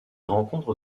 rencontre